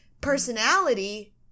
personality